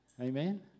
Amen